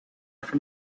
from